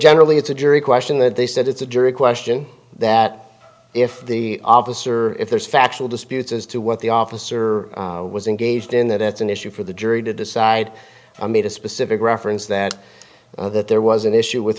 generally it's a jury question that they said it's a jury question that if the obvious or if there's factual disputes as to what the officer was engaged in that it's an issue for the jury to decide a made a specific reference that that there was an issue with